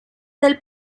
del